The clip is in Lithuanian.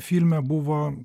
filme buvo